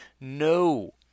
No